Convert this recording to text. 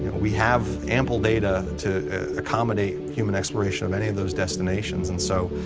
you know we have ample data to accommodate human exploration of any of those destinations. and so